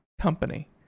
company